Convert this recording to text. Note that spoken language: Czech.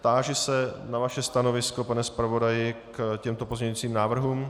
Táži se na vaše stanovisko, pane zpravodaji, k těmto pozměňujícím návrhům.